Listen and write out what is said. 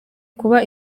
kuba